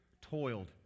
toiled